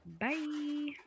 Bye